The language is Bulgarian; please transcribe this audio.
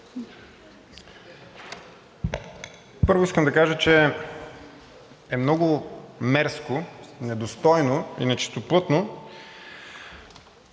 Първо, искам да кажа, че е много мерзко, недостойно и нечистоплътно